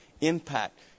impact